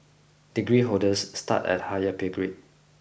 degree holders start at higher pay grade